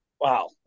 wow